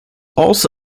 also